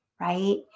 right